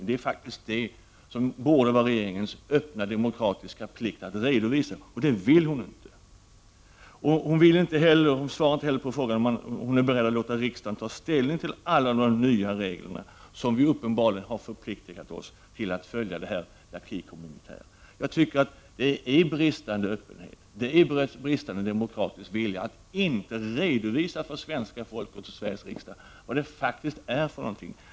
Det borde faktiskt vara regeringens demokratiska plikt att öppet redovisa detta — och det vill hon inte. Anita Gradin svarar inte heller på frågan om hon är beredd att låta riksdagen ta ställning till alla dessa nya regler som vi uppenbarligen har förpliktat oss att följa enligt ””acquis communautaire”. Jag tycker att det innebär bris tande öppenhet, bristande demokratisk vilja, att inte redovisa för svenska folket och Sveriges riksdag vad det faktiskt är för någonting.